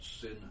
sin